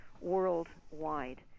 worldwide